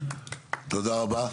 תודה רבה,